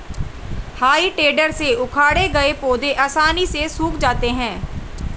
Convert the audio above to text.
हेइ टेडर से उखाड़े गए पौधे आसानी से सूख जाते हैं